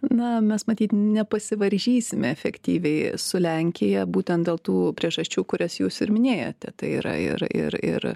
na mes matyt nepasivaržysime efektyviai su lenkija būtent dėl tų priežasčių kurias jūs ir minėjote tai yra ir ir ir